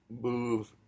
move